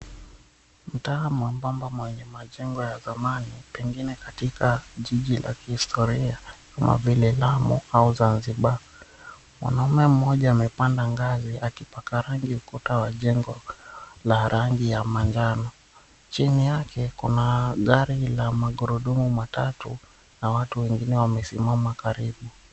Mtaa mwembamba wenye majengo ya zamani, pengine katika jiji la kihistoria kama vile Lamu au Zanzibar, mwanaume mmoja amepanda ngazi akipaka rangi ukuta wa jengo la rangi ya manjano. Chini yake kuna gari la magurudumu matatu na watu wengine wamesimama karibu.